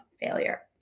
failure